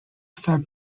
star